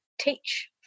teach